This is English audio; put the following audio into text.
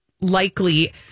likely